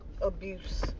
abuse